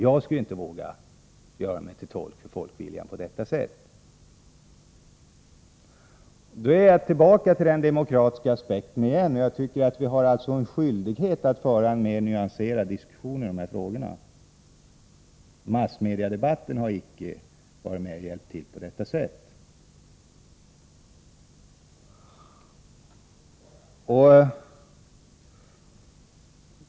Jag skulle inte våga göra mig till tolk för folkviljan på detta sätt. Därmed är jag tillbaka vid den demokratiska aspekten igen. Jag tycker 159 alltså att vi har en skyldighet att föra en nyanserad diskussion i dessa frågor. Massmediadebatten har icke varit med och hjälpt till i detta avseende.